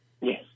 Yes